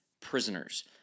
prisoners